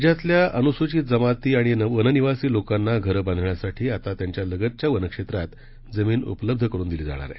राज्यातल्या अनुसूचित जमाती आणि वननिवासी लोकांना घरं बांधण्यासाठी आता त्यांच्या लगतच्या वनक्षेत्रात जमीन उपलब्ध करून दिली जाणार आहे